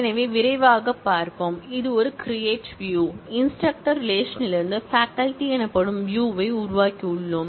எனவே விரைவாகப் பார்ப்போம் இது ஒரு கிரியேட் வியூ இன்ஸ்டிரக்டர் ரிலேஷன் லிருந்து பேகல்ட்டி எனப்படும் வியூ a உருவாக்கியுள்ளோம்